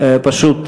פשוט,